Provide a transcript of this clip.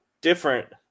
different